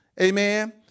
amen